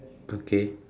okay